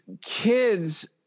kids